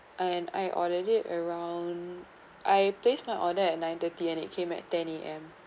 and I ordered it around I placed my order at nine thirty and it came at ten A_M